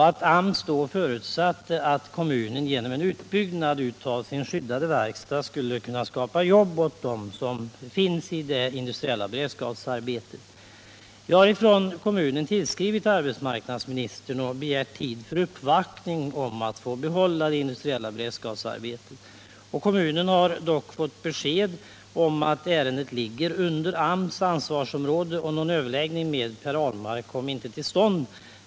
AMS förutsätter då att kommunen genom en utbyggnad av sin skyddade verkstad skall kunna skapa arbete åt dem som nu är sysselsatta med det industriella beredskapsarbetet. Kommunrepresentanterna har skrivit till arbetsmarknadsministern och begärt tid för uppvaktning för att få behålla det industriella beredskapsarbetet. Kommunen har fått besked om att ärendet ligger under AMS ansvarsområde, och någon överläggning med Per Ahlmark kommer inte till stånd.